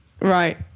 Right